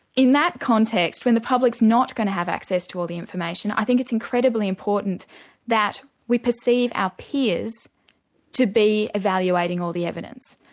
in that context, when the public's not going to have access to all the information, i think it's incredibly important that we perceive our peers to be evaluating all the evidence,